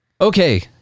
Okay